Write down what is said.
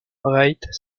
bright